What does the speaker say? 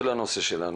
זה לא הנושא שלנו,